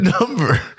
number